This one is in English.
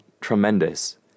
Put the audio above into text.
tremendous